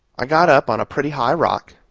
i got up on a pretty high rock,